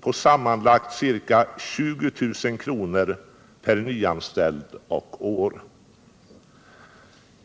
på sammanlagt ca 20000 kr. per nyanställd och år.